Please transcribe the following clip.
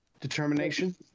Determination